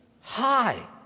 Hi